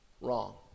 Wrong